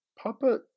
Papa